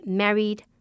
married